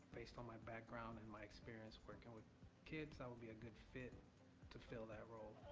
based on my background and my experience working with kids, i would be a good fit to fill that role.